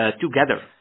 together